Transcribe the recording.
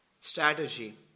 strategy